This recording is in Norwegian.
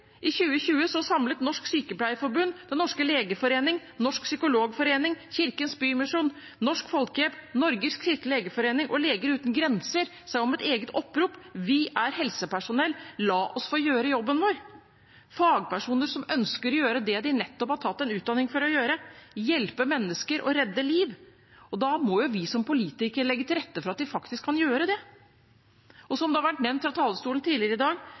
I 2020 samlet Norsk Sykepleierforbund, Den norske legeforening, Norsk Psykologforening, Kirkens Bymisjon, Norsk Folkehjelp, Norges Kristelige Legeforening og Leger uten grenser seg om et eget opprop: «Vi er helsepersonell. La oss få gjøre jobben vår!» Dette er fagpersoner som ønsker å gjøre det de nettopp har tatt en utdanning for å gjøre – hjelpe mennesker og redde liv. Da må vi som politikere legge til rette for at de faktisk kan gjøre det. Som har vært nevnt fra talerstolen tidligere i dag,